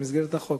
במסגרת החוק?